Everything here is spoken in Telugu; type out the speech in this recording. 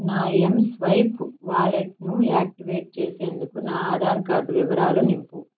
నా ఎంస్వైప్ వాలెట్ను యాక్టివేట్ చేసేందుకు నా ఆధార్ కార్డు వివరాలు నింపు